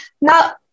Now